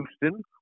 Houston